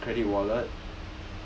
credit wallet